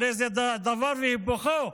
הרי זה דבר והיפוכו.